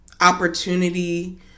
opportunity